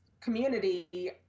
community